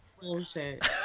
Bullshit